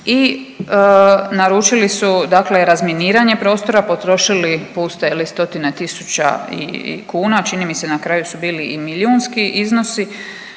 i naručili su dakle razminiranje prostora, potrošili puste, je li, stotine tisuća i kuna, čini mi se, na kraju su bili i milijunski iznosi